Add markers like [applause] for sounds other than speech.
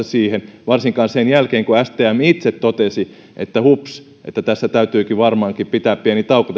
[unintelligible] siihen varsinkaan sen jälkeen kun stm itse totesi että hups tässä valmistelussa täytyy varmaankin pitää pieni tauko [unintelligible]